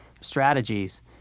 strategies